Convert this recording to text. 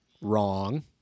wrong